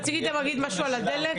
רק רציתי גם להגיד משהו על הדלק,